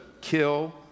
kill